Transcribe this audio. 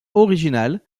originales